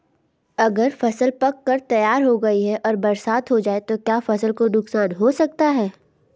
अगर फसल पक कर तैयार हो गई है और बरसात हो जाए तो क्या फसल को नुकसान हो सकता है?